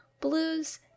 blues